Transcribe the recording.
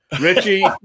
Richie